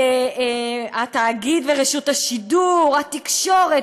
התאגיד ורשות השידור, התקשורת.